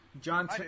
John